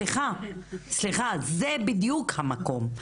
סליחה, סליחה, זה בדיוק המקום.